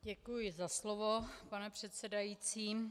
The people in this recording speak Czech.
Děkuji za slovo, pane předsedající.